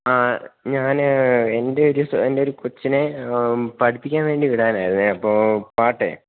ഞാന് എന്റെയൊരു എന്റെയൊരു കൊച്ചിനെ പഠിപ്പിക്കാൻ വേണ്ടി വിടാനായിരുന്നു അപ്പോള് പാട്ട്